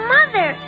Mother